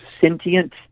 sentient